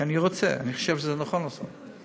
כי אני רוצה, אני חושב שזה נכון לעשות.